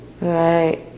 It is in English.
Right